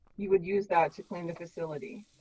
you would use that to clean the facility.